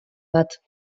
bat